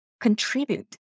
contribute